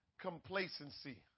complacency